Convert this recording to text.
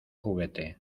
juguete